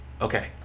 okay